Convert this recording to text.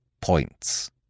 Points